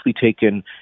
taken